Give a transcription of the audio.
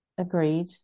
Agreed